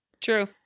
True